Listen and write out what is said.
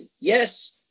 yes